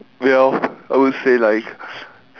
well I would say like